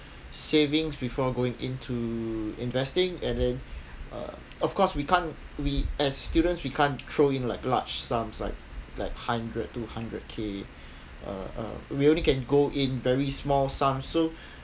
savings before going into investing and then uh of course we can't we as students we can't throw in like large sums like like hundred two hundred K uh uh we only can go in very small sums so